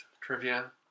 trivia